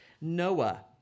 Noah